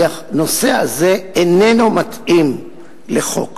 כי הנושא הזה איננו מתאים לחוק.